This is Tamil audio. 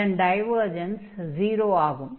இதன் டைவர்ஜன்ஸ் 0 ஆகும்